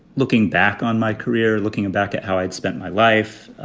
looking back on my career, looking back at how i'd spent my life